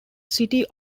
city